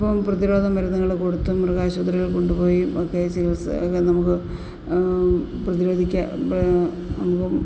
അപ്പോൾ പ്രതിരോധ മരുന്നുകൾ കൊടുത്തും മൃഗാശൂപത്രിയിൽ കൊണ്ട്പോയിയും ഒക്കെ ചികിൽസ നമുക്ക് പ്രധിരോധിക്കാം പ്രതി അപ്പം